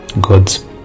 God's